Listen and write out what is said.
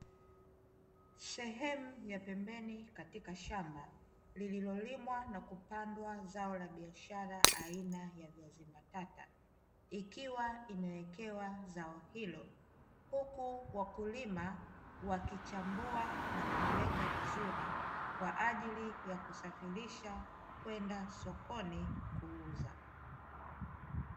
Sehemu ya pembeni katika shamba, lililolimwa na kupandwa zao la biashara aina ya viazi mbatata, ikiwa imewekewa zao hilo, huku wakulima wakichambua na kuliweka vizuri kwa ajili ya kusafirisha kwenda sokoni na kuuzwa.